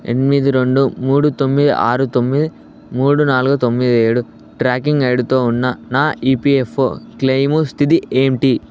ఎనిమిది రెండు మూడు తొమ్మిది ఆరు తొమ్మిది మూడు నాలుగు తొమ్మిది ఏడు ట్రాకింగ్ ఐడీతో ఉన్న నా ఈపీఎఫ్ఓ క్లెయిము స్థితి ఏంటి